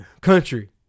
Country